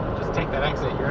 just take that exit, you're